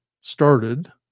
started